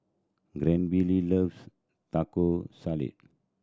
Granville loves Taco Salad